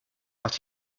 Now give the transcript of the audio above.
but